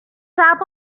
tap